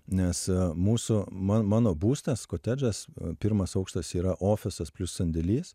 nes mūsų man mano būstas kotedžas pirmas aukštas yra ofisas plius sandėlis